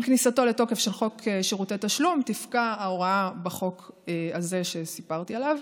כניסתו לתוקף של חוק שירותי תשלום תפקע ההוראה בחוק הזה שסיפרתי עליו,